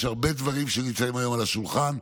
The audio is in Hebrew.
יש הרבה דברים שנמצאים היום על השולחן,